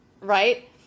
right